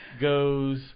goes